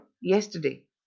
yesterday